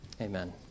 amen